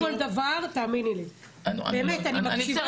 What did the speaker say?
אני מקשיבה לכל דבר, תאמיני לי, באמת אני מקשיבה.